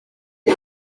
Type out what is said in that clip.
cyo